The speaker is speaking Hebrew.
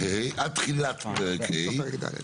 עד תחילת פרק ה'.